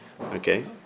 Okay